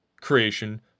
creation